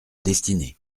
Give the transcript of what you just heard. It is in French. destinée